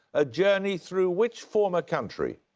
a journey through which former country?